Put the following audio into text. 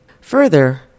Further